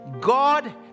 God